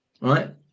Right